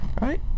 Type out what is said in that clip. Right